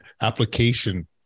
application